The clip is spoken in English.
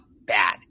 bad